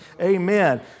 Amen